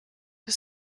for